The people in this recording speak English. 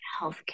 healthcare